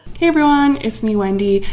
hey everyone, it's me, wendy.